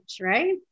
right